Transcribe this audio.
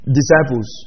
disciples